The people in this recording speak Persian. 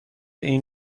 این